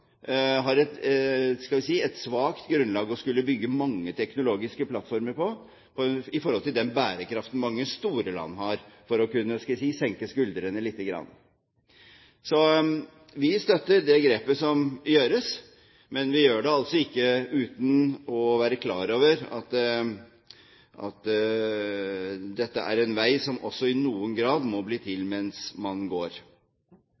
har et svakt grunnlag å skulle bygge mange teknologiske plattformer på i forhold til den bærekraften mange store land har for å kunne – hva skal jeg si – senke skuldrene lite grann. Vi støtter det grepet som gjøres, men vi gjør det altså ikke uten å være klar over at dette er en vei som også i noen grad må bli til mens man går.